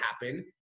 happen